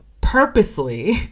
purposely